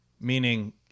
meaning